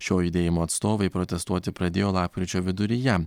šio judėjimo atstovai protestuoti pradėjo lapkričio viduryje